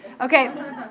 Okay